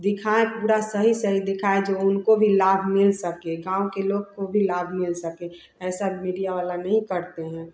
दिखाएँ पूरा सही सही दिखाएँ जो उनको भी लाभ मिल सके गाँव के लोग को भी लाभ मिल सके ऐसा मीडिया वाले नहीं करते हैं